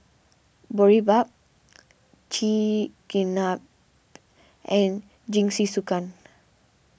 Boribap Chigenabe and Jingisukan